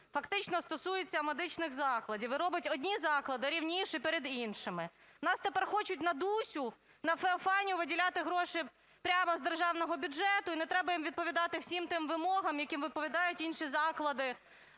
фактично стосується медичних закладів і робить одні заклади рівніші перед іншими. У нас тепер хочуть на ДУСю, на Феофанію виділяти гроші прямо з державного бюджету, і не треба їм відповідати всім тим вимогам, яким відповідають інші заклади